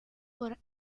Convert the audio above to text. por